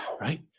right